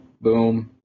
Boom